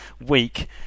weak